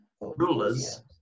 rulers